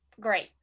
Great